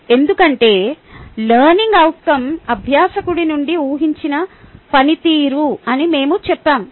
ఎందుకంటే learning outcome అభ్యాసకుడి నుండి ఊహించిన పనితీరు అని మేము చెప్పాము